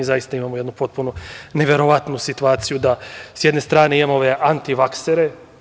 Mi zaista imamo jednu potpuno neverovatnu situaciju da s jedne strane imamo ove antivaksere.